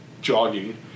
jogging